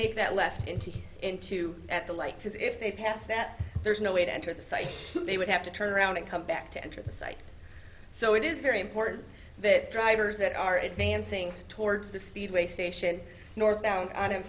make that left into the into the light because if they pass that there's no way to enter the site they would have to turn around and come back to enter the site so it is very important that drivers that are advancing towards the speedway station nor down on him